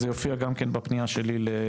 זה יופיע גם כן בפנייה שלי לשר.